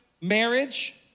marriage